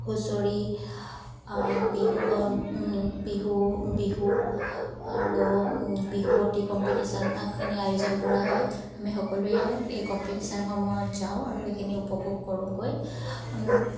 হুঁচৰি বিহু বিহু বিহু আৰু বিহুৱতী কম্পিটিশ্যনখিনি আয়োজন কৰা হয় আমি সকলোৱে এই কম্পিটিশ্যনসমূহত যাওঁ আৰু এইখিনি উপভোগ কৰোগৈ